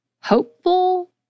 hopeful